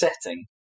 setting